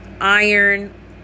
iron